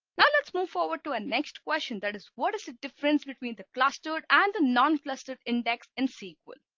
now, let's move forward to a next question that is what is the difference between the clustered and the non-clustered index in sql.